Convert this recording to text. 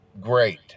great